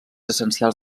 essencials